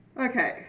Okay